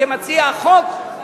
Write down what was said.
כמציע החוק,